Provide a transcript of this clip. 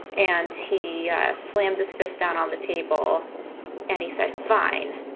and he slammed his fists down on the table and he said fine,